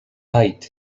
height